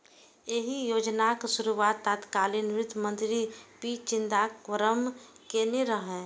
एहि योजनाक शुरुआत तत्कालीन वित्त मंत्री पी चिदंबरम केने रहै